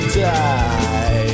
die